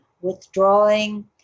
withdrawing